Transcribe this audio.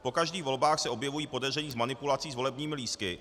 Po každých volbách se objevují podezření z manipulací s volebními lístky.